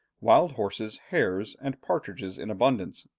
wild horses, hares, and partridges in abundance.